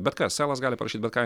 bet ką selas gali parašyti bet ką